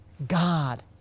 God